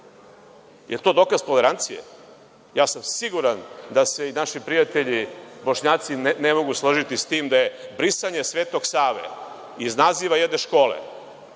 je to dokaz tolerancije? Ja sam siguran da se i naši prijatelji Bošnjaci ne mogu složiti s tim da je brisanje Svetog Save iz naziva jedne škole